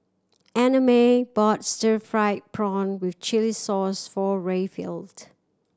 Annamae bought stir fried prawn with chili sauce for Rayfield